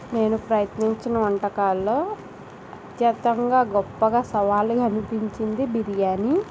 నేను ప్రయత్నించిన వంటకాల్లో అత్యంతంగా గొప్పగా సవాలుగా అనిపించింది బిర్యానీ